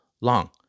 long